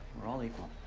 we're all equal.